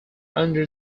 under